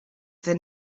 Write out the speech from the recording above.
than